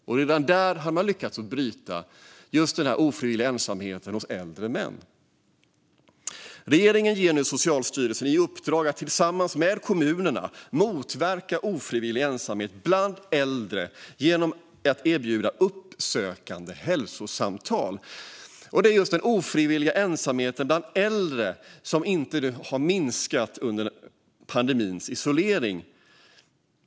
Och redan där har man lyckats bryta den ofrivilliga ensamheten hos äldre män. Regeringen ger nu Socialstyrelsen i uppdrag att tillsammans med kommunerna motverka ofrivillig ensamhet bland äldre genom att erbjuda uppsökande hälsosamtal. Den ofrivilliga ensamheten bland äldre har inte minskat under pandemins isolering.